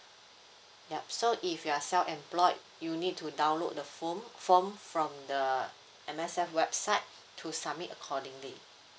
yup so if you're self employed you need to download the foam form from the M_S_F website to submit accordingly